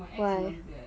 why